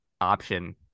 option